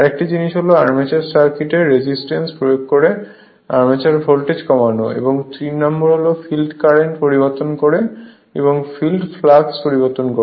আর একটি জিনিস হল অ্যামিটার সার্কিটে রেজিস্ট্যান্স প্রয়োগ করে আর্মেচারের ভোল্টেজ কমানো এবং 3 নম্বর হল ফিল্ড কারেন্ট পরিবর্তন করে এবং ফিল্ড ফ্লাক্স পরিবর্তন করে